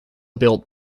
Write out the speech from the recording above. built